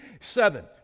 Seven